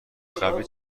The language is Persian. قبلی